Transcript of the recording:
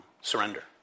surrender